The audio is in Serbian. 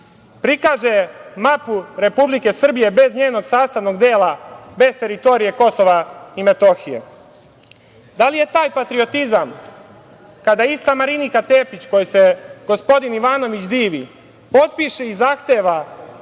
prikaže mapu Republike Srbije bez njenog sastavnog dela, bez teritoriji Kosova i Metohije? Da li je taj patriotizam kada ista Marinika Tepić, kojoj se gospodin Ivanović divi, potpiše i zahteva